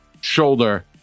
shoulder